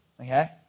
Okay